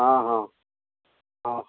ହଁ ହଁ ହଁ